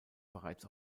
bereits